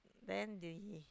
then they